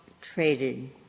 traded